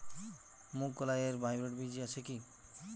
মুগকলাই এর হাইব্রিড বীজ আছে কি?